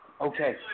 Okay